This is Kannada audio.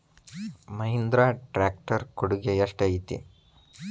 ಮಹಿಂದ್ರಾ ಟ್ಯಾಕ್ಟ್ ರ್ ಕೊಡುಗೆ ಎಷ್ಟು ಐತಿ?